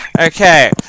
Okay